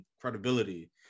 credibility